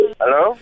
Hello